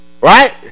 Right